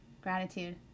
Gratitude